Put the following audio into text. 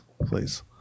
please